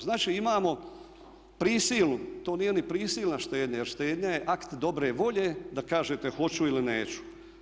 Znači imamo prisilnu, to nije ni prisilna štednja jer štednja je akt dobre volje da kažete hoću ili neću.